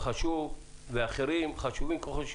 הצרכן תיקי חקירה של ניסיון לנצל קשישים גם בתחום של